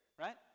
right